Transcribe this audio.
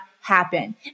happen